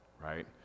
right